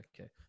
okay